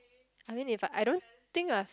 I think if I I don't think I've